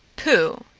pooh!